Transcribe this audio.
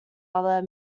other